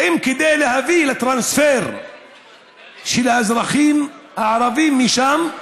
האם כדי להביא לטרנספר של האזרחים הערבים משם,